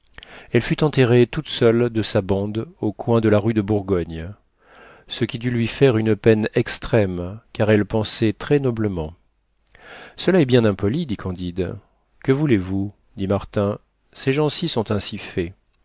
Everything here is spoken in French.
elle fut enterrée toute seule de sa bande au coin de la rue de bourgogne ce qui dut lui faire une peine extrême car elle pensait très noblement cela est bien impoli dit candide que voulez-vous dit martin ces gens-ci sont ainsi faits